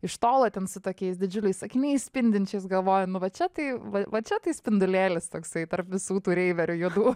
iš tolo ten su tokiais didžiuliais akiniais spindinčiais galvoju nu va čia tai va va čia tai spindulėlis toksai tarp visų tų reiverių juodų